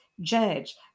judge